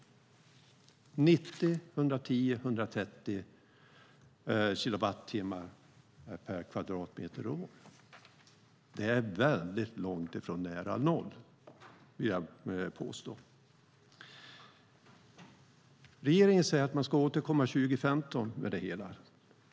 90, 110 eller 130 kilowattimmar per kvadratmeter och år är väldigt långt från nära noll, vill jag påstå. Regeringen säger att man ska återkomma 2015 med det hela.